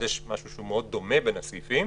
יש משהו שהוא מאוד דומה בין הסעיפים,